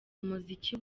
umuziki